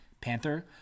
Panther